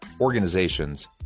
organizations